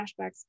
flashbacks